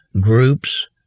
groups